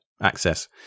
access